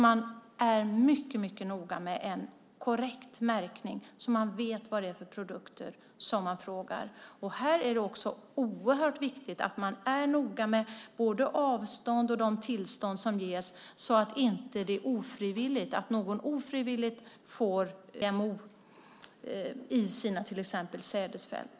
Man måste vara mycket noga med en korrekt märkning så att man vet vad det är för produkter som man efterfrågar. Här är det också oerhört viktigt att man är noga med både avstånd och de tillstånd som ges så att ingen ofrivilligt får GMO till exempel i sina sädesfält.